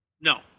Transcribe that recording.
No